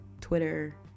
Twitter